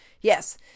yes